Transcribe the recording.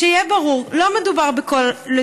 שיהיה ברור: להבנתי,